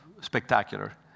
spectacular